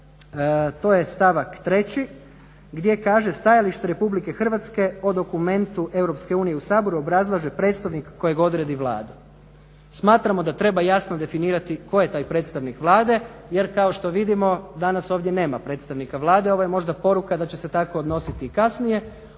to je stavak 3. gdje kaže: "Stajalište Republike Hrvatske o dokumentu Europske unije u Saboru obrazlaže predstavnik kojeg odredi Vlada.". Smatramo da treba jasno definirati tko je taj predstavnik Vlade, jer kao što vidimo danas ovdje nema predstavnika Vlade, ovo je možda poruka da će se tako odnositi kasnije.